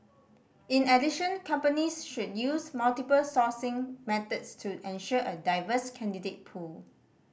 in addition companies should use multiple sourcing methods to ensure a diverse candidate pool